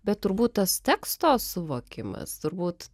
bet turbūt tas teksto suvokimas turbūt